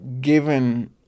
given